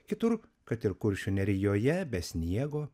kitur kad ir kuršių nerijoje be sniego